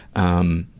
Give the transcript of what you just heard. um,